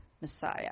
Messiah